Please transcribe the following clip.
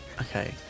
Okay